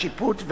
השיפוט,